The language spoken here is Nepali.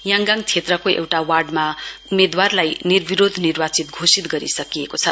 याङयाङ क्षेत्रको एउटा वार्डका उम्मेदवारलाई निर्विरोध निर्वाचित घोषित गरिसकिएको छ